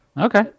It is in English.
okay